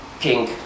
king